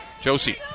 Josie